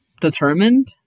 determined